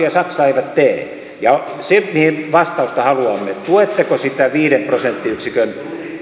ja saksa eivät tee se mihin vastausta haluamme tuetteko sitä viiden prosenttiyksikön